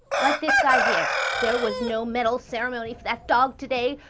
like this guy here there was no medal ceremony for that dog today.